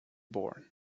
born